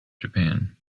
japan